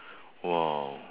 !wow!